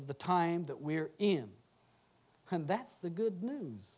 of the time that we're in and that's the good news